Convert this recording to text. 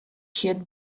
hit